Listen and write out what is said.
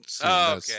Okay